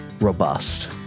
robust